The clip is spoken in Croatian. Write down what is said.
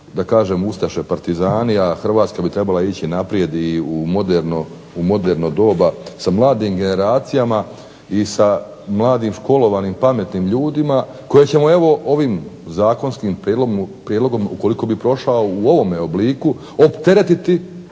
na ono ustaše, partizani a Hrvatska bi trebala ići naprijed i u moderno doba sa mladim generacijama i sa mladim školovanim, pametnim ljudima koje ćemo ovim zakonskim prijedlogom ukoliko bi prošao u ovome obliku opteretiti